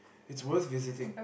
it's worth visiting